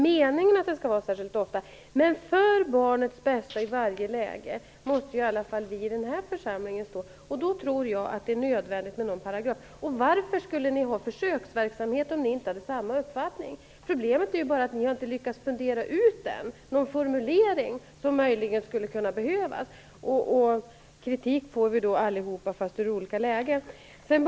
Men i varje fall vi i denna församling måste stå för barnets bästa i varje läge. Därför tror jag att det är nödvändigt med en paragraf. Varför skulle ni ha försöksverksamhet om ni inte hade samma uppfattning? Problemet är bara att ni ännu inte lyckats fundera ut den formulering som möjligen skulle behövas. Kritik får vi väl annars alla, fastän i olika lägen.